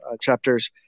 chapters